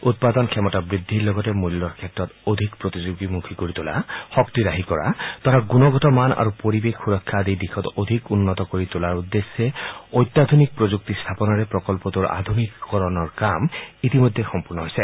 উৎপাদন ক্ষমতা বুদ্ধিৰ লগতে মূল্যৰ ক্ষেত্ৰত অধিক প্ৰতিযোগিতামুখী কৰি তোলা শক্তি ৰাহি কৰা তথা গুণগত মান আৰু পৰিৱেশ সুৰক্ষা আদি দিশত অধিক উন্নত কৰি তোলাৰ উদ্দেশ্যে অত্যাধুনিক প্ৰযুক্তি স্থাপনেৰে প্ৰকল্পটোৰ আধুনিকীকৰণৰ কাম ইতিমধ্যে সম্পূৰ্ণ হৈছে